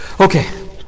Okay